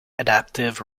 adaptive